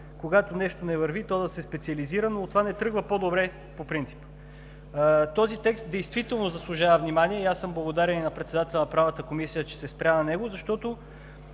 когато нещо не върви, то да се специализира, но от това не тръгва по-добре по принцип. Този текст действително заслужава внимание и аз съм благодарен и на председателя на Правната комисия, че се спря на него, защото